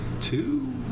Two